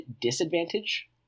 disadvantage